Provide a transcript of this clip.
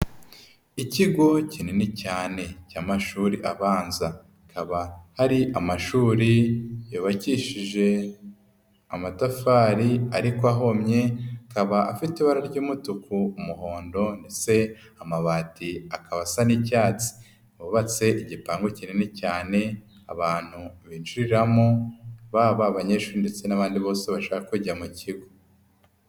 Ikigo kinini cyane cy'amashuri abanza, kikaba ari amashuri yubakishije amatafari ariko ahomye, akaba afite ibara ry'umutuku, muhondo cyangwase amabati akaba asa n'icyatsi, yubatse igipangu kinini cyane abantu binjiriramo, baba abanyeshuri ndetse n'abandi bose bashaka kujya mu kigo.